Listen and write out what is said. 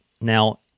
Now